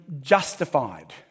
justified